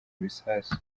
ibisasu